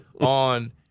on